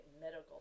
medical